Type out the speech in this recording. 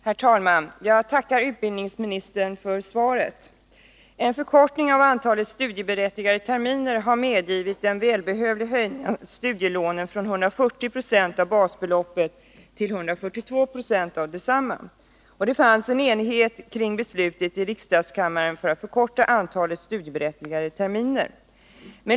Herr talman! Jag tackar utbildningsministern för svaret. En förkortning av antalet studiemedelsberättigande terminer har medgivit en välbehövlig höjning av studielånen från 140 96 av basbeloppet till 142 90 av detsamma. Det fanns en enighet kring beslutet i riksdagskammaren att förkorta antalet studiemedelsberättigande terminer.